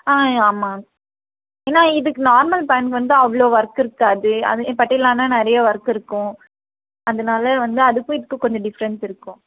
ஆ ஆமாம் ஏன்னா இதுக்கு நார்மல் பேண்ட் வந்து அவ்வளோ ஓர்க் இருக்காது அதே பட்டியாலானா நிறையா ஒர்க் இருக்கும் அதனால் வந்து அதுக்கும் இதுக்கும் கொஞ்சம் டிஃப்ரென்ட்ஸ் இருக்கும்